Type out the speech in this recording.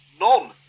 None